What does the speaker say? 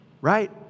right